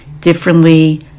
differently